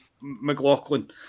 McLaughlin